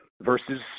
versus